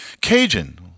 Cajun